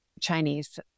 chinese